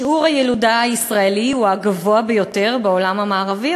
שיעור הילודה הישראלי הוא הגבוה ביותר בעולם המערבי,